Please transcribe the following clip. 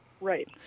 Right